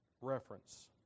reference